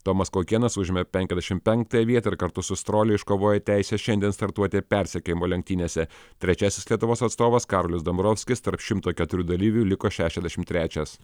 tomas kaukėnas užėmė penkiasdešimt penktąją vietą ir kartu su strolia iškovojo teisę šiandien startuoti persekiojimo lenktynėse trečiasis lietuvos atstovas karolis dombrovskis tarp šimto keturių dalyvių liko šešiasdešimt trečias